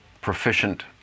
proficient